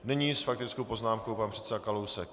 Nyní s faktickou poznámkou pan předseda Kalousek.